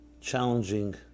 challenging